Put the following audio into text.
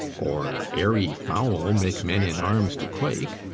or airy foul make men in arms to quake,